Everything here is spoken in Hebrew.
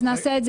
אז נעשה את זה.